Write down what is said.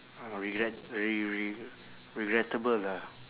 uh regret re~ re~ regrettable ah